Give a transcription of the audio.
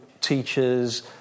teachers